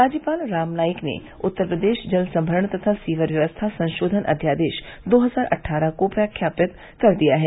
राज्यपाल राम नाईक ने उत्तर प्रदेश जल संभरण तथा सीवर व्यवस्था संशोधन अध्यादेश दो हजार अट्ठारह को प्रख्यापित कर दिया है